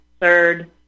third